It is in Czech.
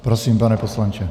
Prosím, pane poslanče.